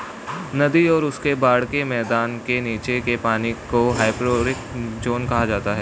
नदी और उसके बाढ़ के मैदान के नीचे के पानी को हाइपोरिक ज़ोन कहा जाता है